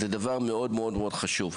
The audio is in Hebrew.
זה דבר מאוד חשוב.